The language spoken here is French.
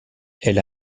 elle